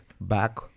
back